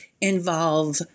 involve